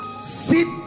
sit